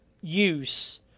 use